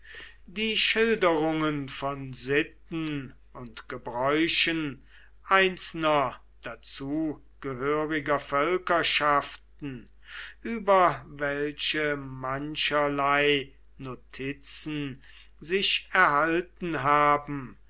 die schilderungen von sitten und gebräuchen einzelner dazugehöriger völkerschaften über welche mancherlei notizen sich erhalten haben